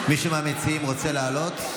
מישהו מהמציעים רוצה לעלות?